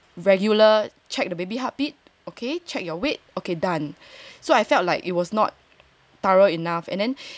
regular check the baby heartbeat okay check your weight okay done so I felt like it was not thorough enough and then